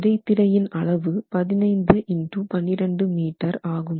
இடைத்திரையின் அளவு 15 metre x 12 metre ஆகும்